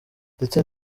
ndetse